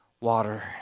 water